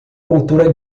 cultura